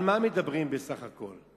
על מה מדברים בסך הכול?